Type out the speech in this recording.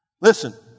Listen